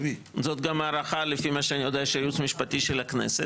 זאת גם ההערכה לפי מה שאני יודע של הייעוץ המשפטי של הכנסת,